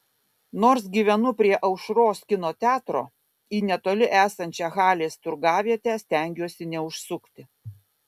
nors gyvenu prie aušros kino teatro į netoli esančią halės turgavietę stengiuosi neužsukti